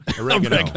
Oregano